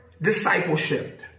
Discipleship